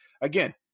again